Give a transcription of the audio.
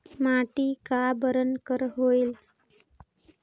माटी का बरन कर होयल?